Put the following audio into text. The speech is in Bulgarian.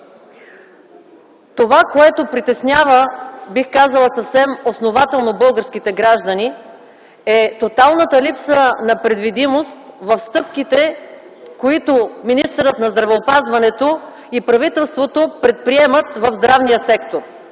Това, което притеснява, бих казала съвсем основателно, българските граждани, е тоталната липса на предвидимост в стъпките, които министърът на здравеопазването и правителството предприемат в здравния сектор.